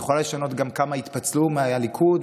יכולה לשנות גם כמה יתפצלו מהליכוד,